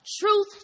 Truth